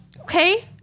Okay